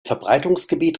verbreitungsgebiet